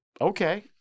Okay